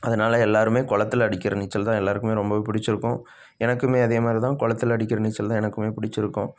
அதனாலே எல்லோருமே குளத்துல அடிக்கிற நீச்சல் தான் எல்லோருக்குமே ரொம்பவே பிடிச்சிருக்கும் எனக்கும் அதே மாதிரி தான் குளத்துல அடிக்கிற நீச்சல் தான் எனக்கும் பிடிச்சிருக்கும்